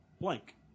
blank